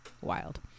wild